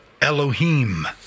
Elohim